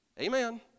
Amen